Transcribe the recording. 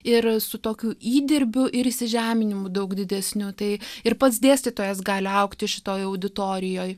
ir su tokiu įdirbiu ir įsižeminimu daug didesniu tai ir pats dėstytojas gali augti šitoj auditorijoj